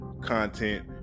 content